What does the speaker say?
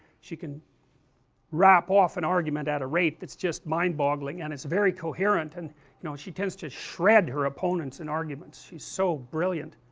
she can rap off an argument at a rate that's just mind-boggling and is very coherent, and you know she tends to shred her opponents in arguments, she is so brilliant